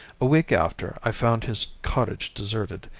a week after i found his cottage deserted,